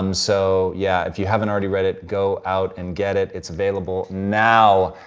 um so yeah, if you haven't already read it go out and get it. it's available now.